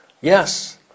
Yes